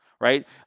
right